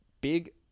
big